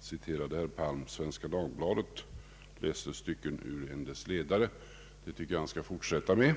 citerade herr Palm Svenska Dagbladet och läste stycken ur dess ledare. Det tycker jag att han skall fortsätta med.